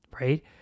right